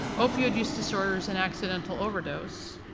opioid use disorders and accidental overdose.